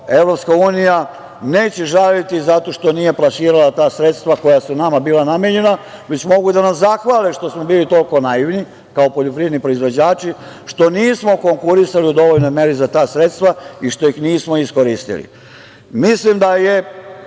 to, EU neće žaliti zato što nije plasirala ta sredstva koja su nama bila namenjena, već mogu da nam zahvale što smo bili toliko naivni kao poljoprivredni proizvođači, što nismo konkurisali u dovoljnoj meri za ta sredstva i što ih nismo iskoristili. Mislim da je